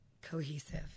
cohesive